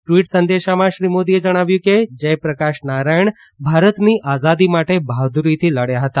tweet સંદેશામાં શ્રી મોદીએ જણાવ્યું કે જયપ્રકાશ નારાયણ ભારતની આઝાદી માટે બહાદુરીથી લડયા હતા